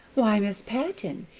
why, mis' patton,